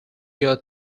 year